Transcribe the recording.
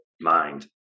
mind